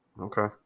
Okay